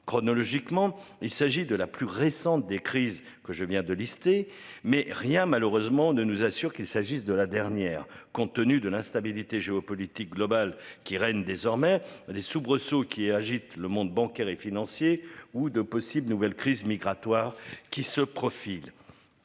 chronologiquement. Il s'agit de la plus récente des crises que je viens de lister mais rien malheureusement ne nous assure qu'il s'agisse de la dernière compte tenu de l'instabilité géopolitique globale qui règne désormais les soubresauts qui agitent le monde bancaire et financier ou de possibles nouvelles crise migratoire qui se profile.